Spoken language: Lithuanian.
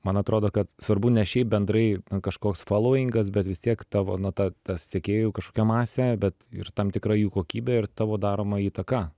man atrodo kad svarbu ne šiaip bendrai kažkoks falauingas bet vis tiek tavo na ta ta sekėjų kažkokia masė bet ir tam tikra jų kokybė ir tavo daroma įtaka